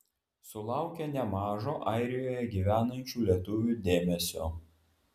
sulaukė nemažo airijoje gyvenančių lietuvių dėmesio